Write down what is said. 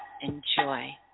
enjoy